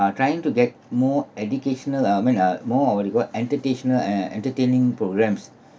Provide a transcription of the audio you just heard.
are trying to get more educational I mean uh more of the what entertaintional and entertaining programmes